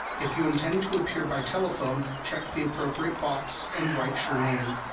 if you intend to appear by telephone, check the appropriate box and write your name.